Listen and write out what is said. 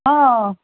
ହଁ